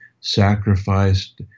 sacrificed